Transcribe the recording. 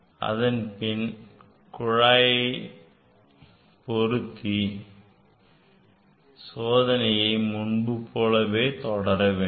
அதன்பின் குழாயைப் பொருத்தி சோதனையை முன்பு செய்தது போலவே தொடரவேண்டும்